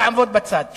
תעמוד בצד.